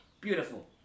Beautiful